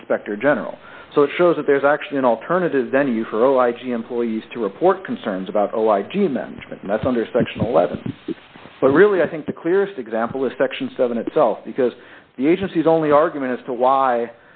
inspector general so it shows that there's actually an alternative venue for o i g employees to report concerns about do you mention that's under section eleven but really i think the clearest example is section seven itself because the agency is only argument as to why